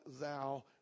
thou